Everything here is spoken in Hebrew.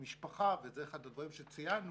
וזה אחד הדברים שציינו